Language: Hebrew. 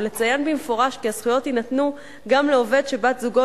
ולציין במפורש כי הזכויות יינתנו גם לעובד שבת-זוגו